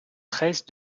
treize